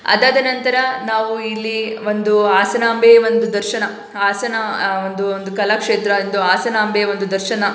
ಅದಾದ ನಂತರ ನಾವು ಇಲ್ಲಿ ಒಂದು ಹಾಸನಾಂಬೆ ಒಂದು ದರ್ಶನ ಹಾಸನ ಒಂದು ಒಂದು ಕಲಾಕ್ಷೇತ್ರ ಎಂದು ಹಾಸನಾಂಬೆಯ ಒಂದು ದರ್ಶನ